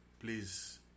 Please